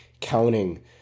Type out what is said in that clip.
counting